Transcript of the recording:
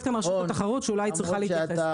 כאן רשות התחרות שאולי צריכה להתייחס,